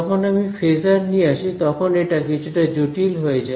যখন আমি ফেজার নিয়ে আসি তখন এটা কিছুটা জটিল হয়ে যায়